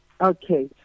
okay